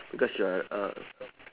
because you are ah